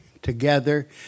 Together